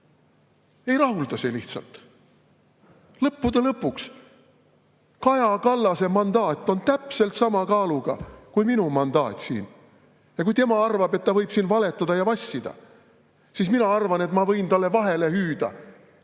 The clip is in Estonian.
Ei rahulda see lihtsalt! Lõppude lõpuks, Kaja Kallase mandaat on täpselt sama kaaluga kui minu mandaat siin. Ja kui tema arvab, et ta võib valetada ja vassida, siis mina arvan, et ma võin talle vahele hüüda: